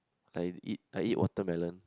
I eat I eat watermelon